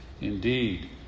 Indeed